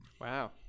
Wow